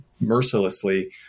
mercilessly